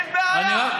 וכן יודעים לעשות שינוי,